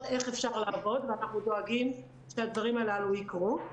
איך אפשר לעבוד ואנחנו דואגים שהדברים הללו יקרו.